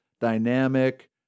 dynamic